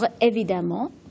Évidemment